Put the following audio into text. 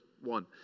one